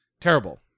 terrible